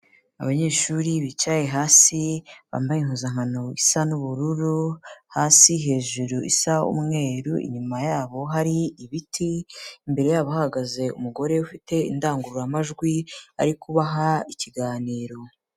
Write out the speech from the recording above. Abanyeshuri bicaye hasi bambaye impuzankano isa n'ubururu hasi hejuru isa umweru, inyuma yabo hari ibiti, imbere yabo hahagaze umugore ufite indangururamajwi ari kubaha ikiganiro.